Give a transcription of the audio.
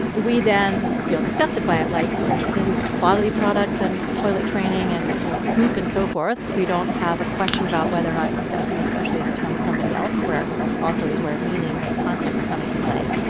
we then feel disgusted by it. like, for instance, bodily products and toilet training and, you know, poop and so forth. we don't have a question about whether or not it's disgusting, especially if it's from somebody else where also is where meaning and context come into play,